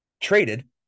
traded